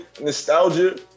nostalgia